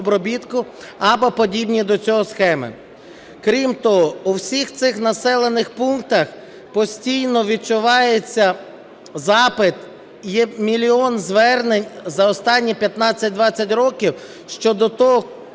або подібні до цього схеми. Крім того, у всіх цих населених пунктах постійно відчувається запит, є мільйон звернень за останні 15-20 років щодо того,